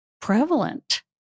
prevalent